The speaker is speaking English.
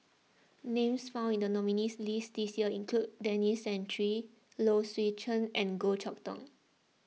names found in the nominees' list this year include Denis Santry Low Swee Chen and Goh Chok Tong